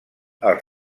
els